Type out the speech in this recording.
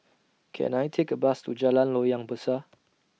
Can I Take A Bus to Jalan Loyang Besar